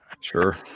Sure